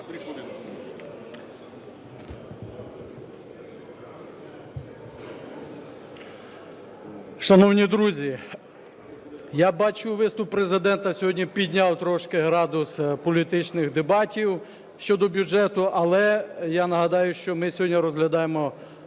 Шановні друзі, я бачу виступ Президента сьогодні підняв трошки градус політичних дебатів щодо бюджету, але я нагадаю, що ми сьогодні розглядаємо